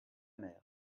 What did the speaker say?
mer